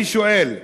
אני שואל: